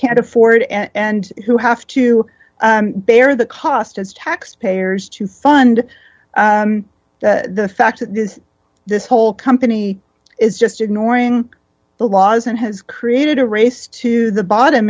can't afford and who have to bear the cost as taxpayers to fund the fact is this whole company is just ignoring the laws and has created a race to the bottom